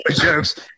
jokes